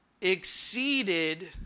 exceeded